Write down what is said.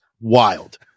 wild